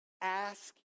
Ask